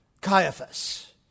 Caiaphas